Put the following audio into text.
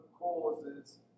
causes